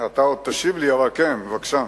אתה עוד תשיב לי, אבל כן, בבקשה.